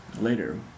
Later